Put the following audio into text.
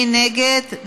מי נגד?